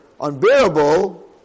unbearable